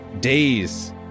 days